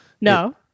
No